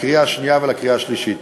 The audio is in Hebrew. לקריאה שנייה ולקריאה שלישית.